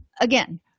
again